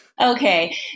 Okay